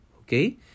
Okay